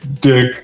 dick